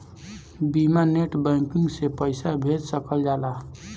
बिना net banking के पईसा भेज सकल जाला?